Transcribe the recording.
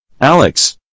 Alex